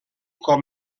cop